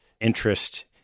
interest